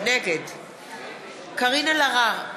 נגד קארין אלהרר,